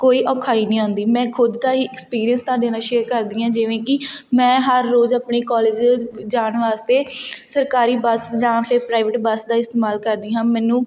ਕੋਈ ਔਖਾਈ ਨਹੀਂ ਆਉਂਦੀ ਮੈਂ ਖੁਦ ਦਾ ਹੀ ਐਕਸਪੀਰੀਅੰਸ ਤੁਹਾਡੇ ਨਾਲ ਸ਼ੇਅਰ ਕਰਦੀ ਹਾਂ ਜਿਵੇਂ ਕਿ ਮੈਂ ਹਰ ਰੋਜ਼ ਆਪਣੇ ਕੋਲਜ਼ ਜਾਣ ਵਾਸਤੇ ਸਰਕਾਰੀ ਬੱਸ ਜਾਂ ਫਿਰ ਪ੍ਰਾਈਵੇਟ ਬੱਸ ਦਾ ਇਸਤੇਮਾਲ ਕਰਦੀ ਹਾਂ ਮੈਨੂੰ